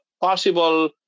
possible